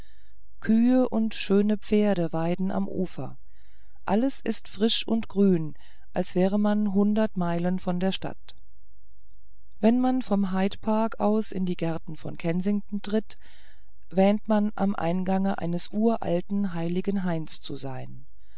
kühe und schöne pferde weiden am ufer alles ist frisch und grün als wäre man hundert meilen von der stadt wenn man vom hyde park aus in die gärten von kensington tritt wähnt man am eingange eines uralten heiligen hains zu sein